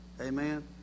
Amen